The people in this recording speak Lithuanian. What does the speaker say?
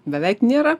beveik nėra